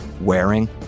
Wearing